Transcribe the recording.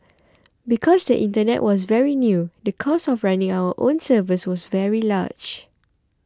because the internet was very new the cost of running our own servers was very large